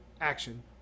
action